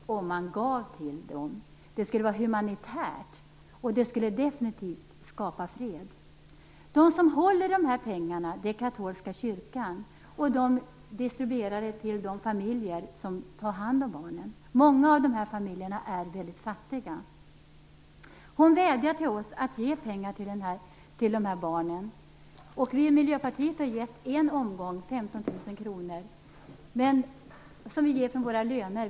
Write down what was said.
Det skulle vara humanitärt, och det skulle definitivt skapa fred. De som håller i de här pengarna är katolska kyrkan. De distribuerar dem till de familjer som tar hand om barnen. Många av de här familjerna är mycket fattiga. Hon vädjar till oss att ge pengar till de här barnen. Vi i Miljöpartiet har gett en omgång, 15 000 kr, som vi ger från våra löner.